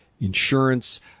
insurance